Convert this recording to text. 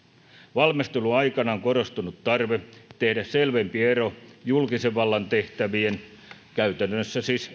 valmisteluaikana on korostunut tarve tehdä selvempi ero julkisen vallan tehtävien käytännössä siis